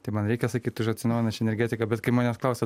tai man reikia sakyt už atsinaujinančią energetiką bet kai manęs klausia